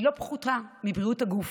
בריאות הנפש לא פחותה מבריאות הגוף,